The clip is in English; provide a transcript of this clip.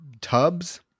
tubs